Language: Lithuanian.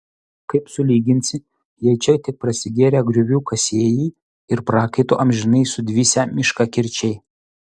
kaip sulyginsi jei čia tik prasigėrę griovių kasėjai ir prakaitu amžinai sudvisę miškakirčiai